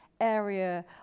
area